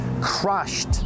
crushed